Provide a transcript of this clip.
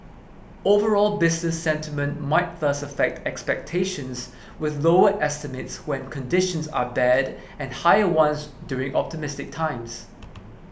overall business sentiment might thus affect expectations with lower estimates when conditions are bad and higher ones during optimistic times